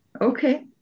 Okay